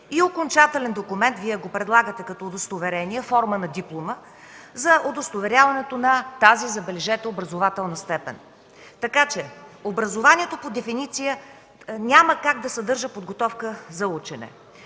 и окончателен документ – Вие го предлагате като удостоверение, форма на диплома – за удостоверяването на тази, забележете, образователна степен. Така че образованието по дефиниция няма как да съдържа подготовка за учене.